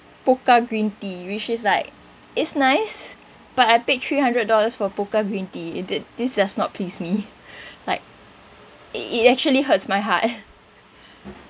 Pokka green tea which it's like is nice but I paid three hundred dollars for Pokka green tea it did this does not please me like it it actually hurts my heart